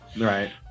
right